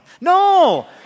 No